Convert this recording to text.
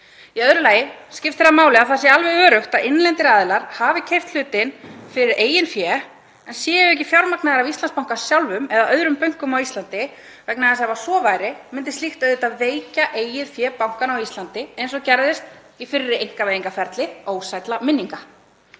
Í öðru lagi skiptir máli að það sé alveg öruggt að innlendir aðilar hafi keypt hlutinn fyrir eigið fé en séu ekki fjármagnaðir af Íslandsbanka sjálfum eða öðrum bönkum á Íslandi, vegna þess að ef svo væri myndi slíkt auðvitað veikja eigið fé bankanna á Íslandi eins og gerðist í fyrra einkavæðingarferli, ósælla minninga.